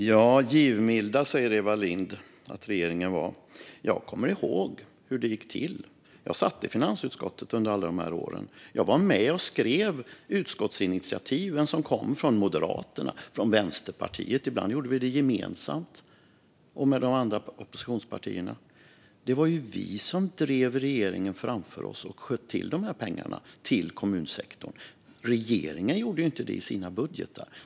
Fru talman! Givmild säger Eva Lindh att regeringen var. Jag kommer ihåg hur det gick till. Jag satt i finansutskottet under alla de här åren. Jag var med och skrev utskottsinitiativen som kom från Moderaterna och från Vänsterpartiet. Ibland gjorde vi det gemensamt och med de andra oppositionspartierna. Det var vi som drev regeringen framför oss och sköt till de här pengarna till kommunsektorn. Regeringen gjorde inte det i sina budgetar.